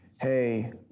hey